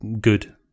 good